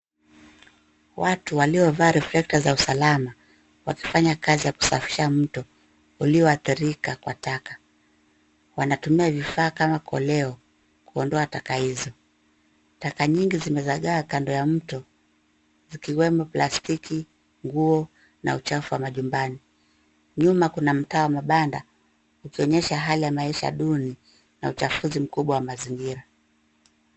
Watu waliovaa reflekta za usalama wakifanya kazi ya kusafisha mto ulioadhirika kwa taka. Wanatumia vifaa kama koleo kuondoa taka hizo. Taka nyingi zimezaga kando ya mto zikiwemo plastiki, nguo na uchafu wa majumbani. Nyuma kuna mtaa wa mabanda ukionyesha hali ya maisha duni na uchafuzi mkubwa wa mazingira.